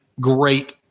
great